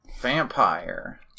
vampire